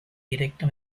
directo